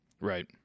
right